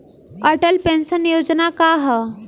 Atal pension योजना का ह?